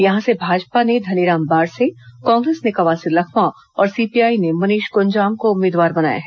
यहां से भाजपा ने धनीराम बारसे कांग्रेस ने कवासी लखमा और सीपीआई ने मनीष कुंजाम को उम्मीदवार बनाया है